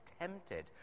tempted